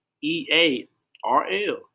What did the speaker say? E-A-R-L